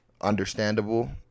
understandable